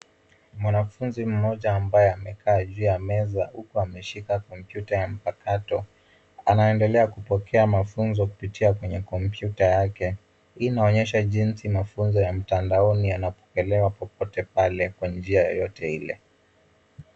Mwanafunzi mmoja ambaye amekaa juu ya meza huku ameshika komputa ya mpakato. Anaendelea kupokea mafunzo kupitia kwenye kompyuta yake. Hii inaonyesha jinsi mafunzo ya mtandaoni yanapokelewa popote pale kwa njia yoyote ile.